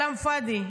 כלאם פאדי.